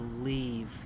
leave